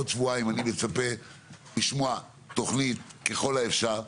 לשמוע תוכנית ככל האפשר.